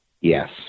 yes